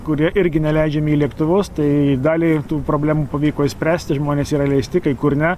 kurie irgi neleidžiami į lėktuvus tai dalį tų problemų pavyko išspręsti žmonės yra įleisti kai kur ne